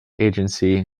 agency